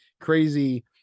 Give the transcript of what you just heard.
crazy